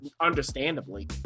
understandably